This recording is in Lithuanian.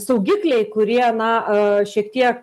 saugikliai kurie na a šiek tiek